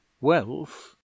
wealth